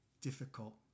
difficult